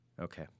Okay